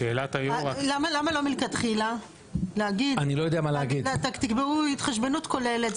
למה לא מלכתחילה להגיד, תקבעו התחשבנות כוללת.